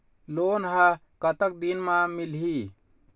Loan ह कतक दिन मा मिलही?